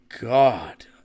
god